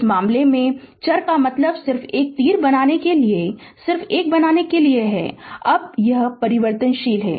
इस मामले में इस मामले में चर का मतलब सिर्फ एक तीर बनाने के लिए सिर्फ एक बनाने के लिए है अब यह परिवर्तनशील है